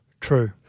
True